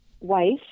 wife